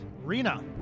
Rena